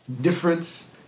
difference